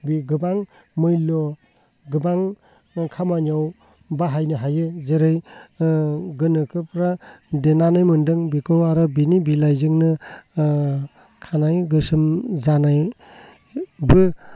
बि गोबां मुल्य' गोबां खामानियाव बाहायनो हायो जेरै गोनोखोफ्रा देनानै मोन्दों बेखौ आरो बेनि बिलाइजोंनो खानाइ गोसोम जानायबो